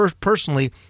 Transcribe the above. personally